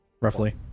roughly